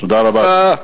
תודה רבה.